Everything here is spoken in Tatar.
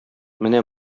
менә